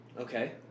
Okay